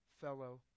fellow